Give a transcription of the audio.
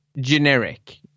generic